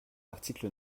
article